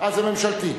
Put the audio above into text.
זה ממשלתי.